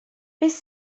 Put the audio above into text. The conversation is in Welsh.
beth